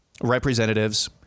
representatives